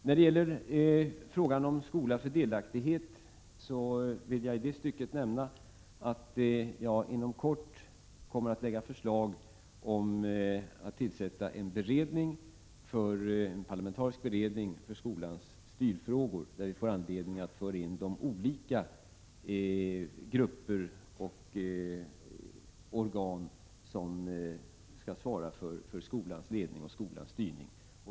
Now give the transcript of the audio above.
När det gäller ”Skola för delaktighet” vill jag nämna att jag inom kort kommer att lägga förslag om att tillsätta en parlamentarisk beredning för skolans styrfrågor, där vi får anledning att föra in de olika grupper och organ som skall svara för skolans ledning och skolans styrning.